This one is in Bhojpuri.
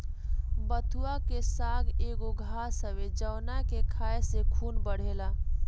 बथुआ के साग एगो घास हवे जावना के खाए से खून बढ़ेला